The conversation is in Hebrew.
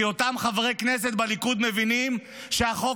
כי אותם חברי כנסת בליכוד מבינים שהחוק